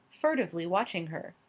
furtively watching her.